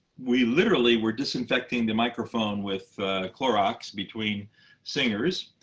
we literally were disinfecting the microphone with clorox between singers.